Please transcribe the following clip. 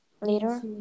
later